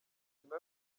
nyuma